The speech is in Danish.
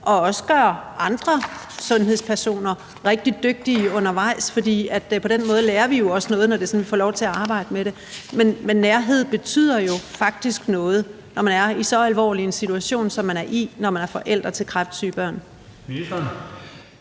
og også gøre andre sundhedspersoner rigtig dygtige undervejs. For på den måde lærer vi jo også noget, når vi sådan for lov til at arbejde med det. Men nærhed betyder jo faktisk noget, når man er i så alvorlig en situation, som man er i, når man er forældre til kræftsyge børn.